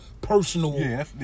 personal